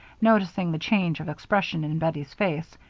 noticing the change of expression in bettie's face,